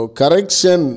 correction